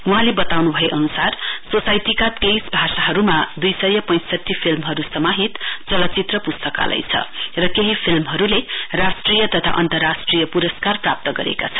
वहाँले बताउनु भए अनुसार सोसाइटीका तेइस भाषाहरूमा दुइ सय पैंसठी फिल्महरू समाहित चलचित्र पुस्तकालय छ र केही फिल्महरूले राष्ट्रिय तथा अन्तर्राष्ट्रिय पुरस्कार प्राप्त गरेका छन्